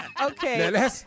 Okay